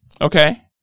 Okay